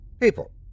People